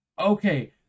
okay